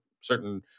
certain